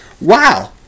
wow